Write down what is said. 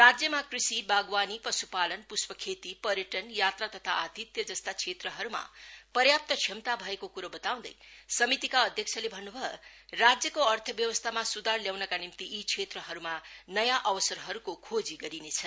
राज्यमा कृषि वागवाणी पशुपालन पुष्पखेती पर्यटन यात्रा तथा आतिथ्य जस्ता क्षेत्रहरूमा पर्याप्त क्षमता भएको कुरो बताउँदै समितिका अध्यक्षले भन्नु भयो राज्यको अर्थव्यवस्थामा सुधार ल्याउनका निम्ति यी क्षेत्रहरूमा नयाँ अवसरहरूको खोजी गरिनेछ